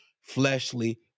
fleshly